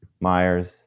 Myers